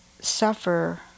suffer